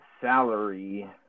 salary